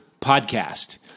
podcast